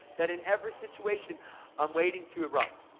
that in every situation i'm waiting to erupt.